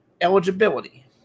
eligibility